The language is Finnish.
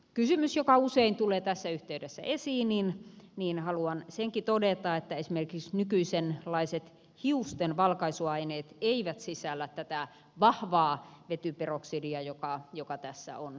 kysymyksestä joka usein tulee tässä yhteydessä esiin haluan todeta että esimerkiksi nykyisenlaiset hiusten valkaisuaineet eivät sisällä tätä vahvaa vetyperoksidia joka tässä on nyt säädeltyä